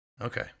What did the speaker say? Okay